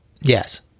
Yes